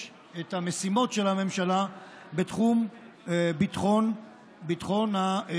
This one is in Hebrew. את המשימות של הממשלה בתחום ביטחון התושבים.